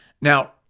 Now